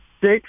six